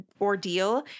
ordeal